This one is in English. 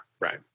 Right